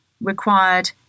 required